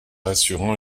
assurant